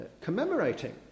commemorating